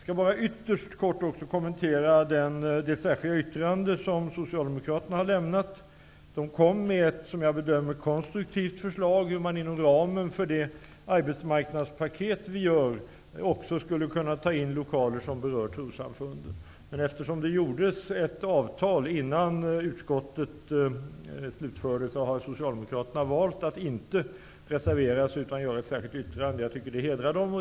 Jag skall ytterst kortfattat också kommentera det särskilda yttrande som socialdemokraterna har avgett. Som jag bedömer det kom de med ett konstruktivt förslag om hur man inom ramen för det arbetsmarknadspaket som vi genomför också skulle kunna innefatta lokaler som berör trossamfunden. Men eftersom det träffades ett avtal innan utskottet slutförde sitt arbete, har socialdemokraterna valt att inte reservera sig, utan de avgav ett särskilt yttrande. Det hedrar dem.